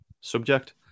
subject